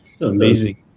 amazing